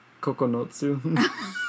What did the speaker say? Kokonotsu